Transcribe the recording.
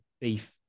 beef